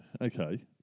Okay